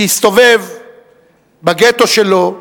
שהסתובב בגטו שלו,